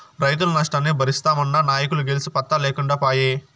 రైతుల నష్టాన్ని బరిస్తామన్న నాయకులు గెలిసి పత్తా లేకుండా పాయే